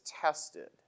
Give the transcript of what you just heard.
tested